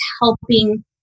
helping